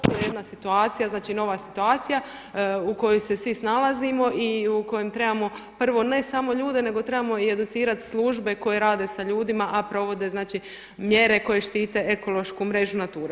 To je jedna situacija, znači nova situacija u kojoj se svi snalazimo i u kojem trebamo prvo ne samo ljude, nego trebamo i educirat službe koje rade sa ljudima, a provode znači mjere koje štite ekološku mrežu NATURA.